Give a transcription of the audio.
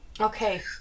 Okay